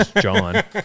John